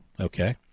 Okay